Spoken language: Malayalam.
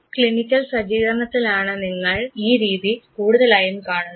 ക്ലിനിക്കൽ സജ്ജീകരണത്തിലാണ് നിങ്ങൾ ഈ രീതി കൂടുതലായും കാണുന്നത്